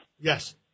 Yes